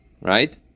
right